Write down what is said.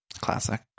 Classic